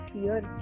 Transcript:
fear